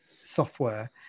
software